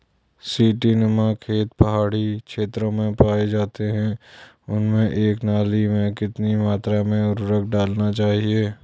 सीड़ी नुमा खेत पहाड़ी क्षेत्रों में पाए जाते हैं उनमें एक नाली में कितनी मात्रा में उर्वरक डालना चाहिए?